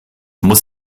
muss